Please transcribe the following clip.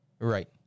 Right